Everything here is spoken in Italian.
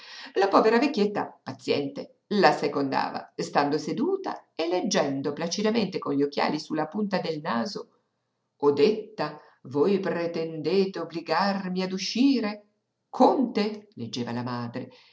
la povera vecchietta paziente la secondava stando seduta e leggendo placidamente con gli occhiali su la punta del naso odetta voi pretendete obbligarmi ad uscire conte leggeva la madre